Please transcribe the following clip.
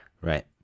Right